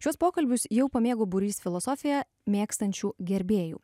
šiuos pokalbius jau pamėgo būrys filosofiją mėgstančių gerbėjų